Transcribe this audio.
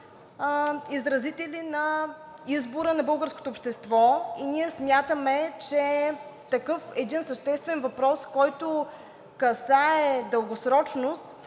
изразители на избора на българското общество. Ние смятаме, че такъв един съществен въпрос, който касае дългосрочност